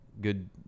good